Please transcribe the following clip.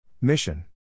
Mission